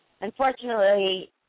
unfortunately